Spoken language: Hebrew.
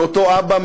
מאותו אבא,